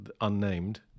unnamed